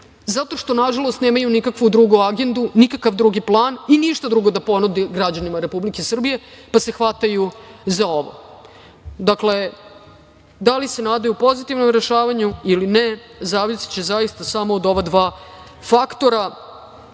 Zato što, nažalost, nemaju nikakvu drugu agendu, nikakav drugi plan i ništa drugo da ponude građanima Republike Srbije, pa se hvataju za ovo. Da li se nadaju pozitivnom rešavanju ili ne, zavisiće zaista samo od ova dva faktora